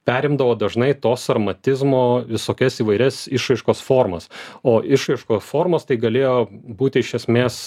perimdavo dažnai to sarmatizmo visokias įvairias išraiškos formas o išraiškos formos tai galėjo būt iš esmės